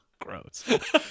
Gross